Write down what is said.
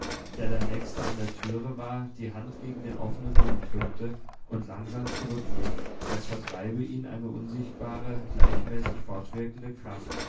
der der nächste an der türe war die hand gegen den offenen mund drückte und langsam zurückwich als vertreibe ihn eine unsichtbare gleichmäßig fortwirkende kraft